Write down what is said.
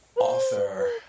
author